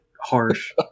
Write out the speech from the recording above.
harsh